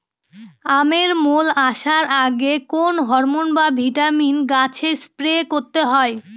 আমের মোল আসার আগে কোন হরমন বা ভিটামিন গাছে স্প্রে করতে হয়?